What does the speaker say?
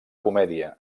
comèdia